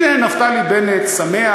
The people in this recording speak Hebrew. הנה נפתלי בנט שמח,